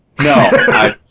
No